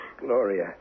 Gloria